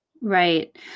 Right